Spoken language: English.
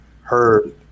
heard